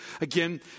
again